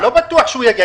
לא בטוח שהוא יגיע.